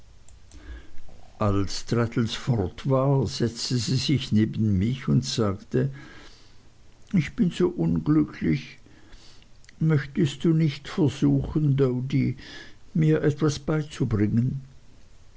als traddles fort war setzte sie sich dicht neben mich und sagte ich bin so unglücklich möchtest du nicht versuchen doady mir etwas beizubringen